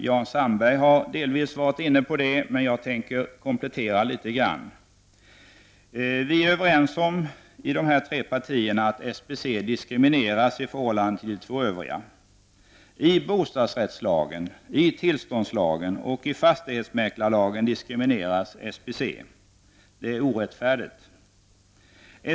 Jan Sandberg har delvis varit inne på det, men jag vill komplettera vad han sade. Vi är i dessa tre partier överens om att SBC diskrimineras i förhållande till de båda andra organisationerna. I bostadsrättslagen, i tillståndslagen och i fastighetsmäklarlagen diskrimineras SBC. Det är orättfärdigt.